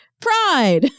Pride